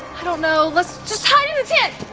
i don't know, lets just hide